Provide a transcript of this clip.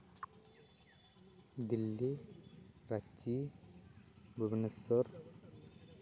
Delhi Ranchi Bhubaneswar